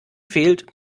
fehlt